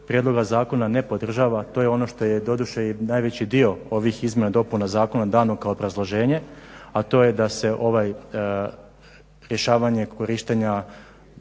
prijedloga zakona ne podržava to je ono što je doduše najveći dio ovih izmjena i dopuna zakona dano kao obrazloženje, a to je da se ovaj rješavanje korištenja